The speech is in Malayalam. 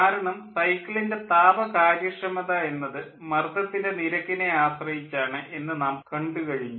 കാരണം സൈക്കിളിൻ്റെ താപ കാര്യക്ഷമത എന്നത് മർദ്ദത്തിൻ്റെ നിരക്കിനെ ആശ്രയിച്ചാണ് എന്നു നാം കണ്ടു കഴിഞ്ഞു